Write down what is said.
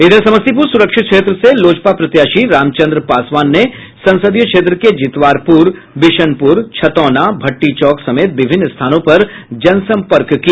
इधर समस्तीपुर सुरक्षित क्षेत्र से लोजपा प्रत्याशी रामचन्द्र पासवान ने आज संसदीय क्षेत्र के जितवारपुर विशनपुर छतौना भट्टी चौक समेत विभिन्न स्थानों पर जनसंपर्क किया